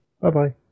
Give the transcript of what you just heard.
Bye-bye